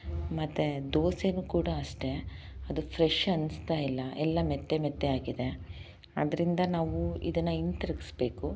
ಮತ್ತು ದೋಸೆನೂ ಕೂಡ ಅಷ್ಟೆ ಅದು ಫ್ರೆಶ್ ಅನ್ಸ್ತಾ ಇಲ್ಲ ಎಲ್ಲ ಮೆತ್ತೆ ಮೆತ್ತೆ ಆಗಿದೆ ಅದರಿಂದ ನಾವು ಇದನ್ನ ಹಿಂತಿರ್ಗಿಸ್ಬೇಕು